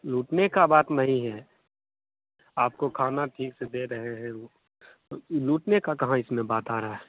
लूटने की बात नहीं है आपको खाना ठीक से दे रहें हैं वह लूटने का कहाँ इसमें बात आ रा